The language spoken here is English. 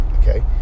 Okay